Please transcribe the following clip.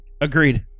Agreed